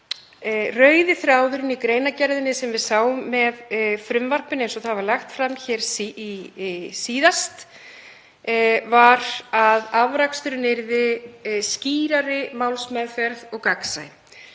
rauði þráðurinn í greinargerðinni sem við sáum með frumvarpinu eins og það var lagt fram hér síðast, var að afraksturinn yrði skýrari málsmeðferð og gagnsæ.